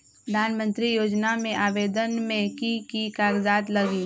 प्रधानमंत्री योजना में आवेदन मे की की कागज़ात लगी?